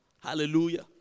Hallelujah